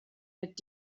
mit